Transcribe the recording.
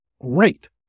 great